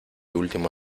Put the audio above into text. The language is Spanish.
último